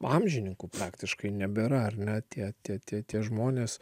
amžininkų praktiškai nebėra ar ne tie tie tie tie žmonės